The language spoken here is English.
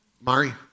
Mari